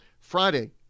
Friday